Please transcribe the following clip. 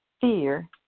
Fear